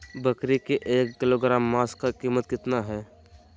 बकरी के एक किलोग्राम मांस का कीमत कितना है?